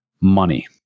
money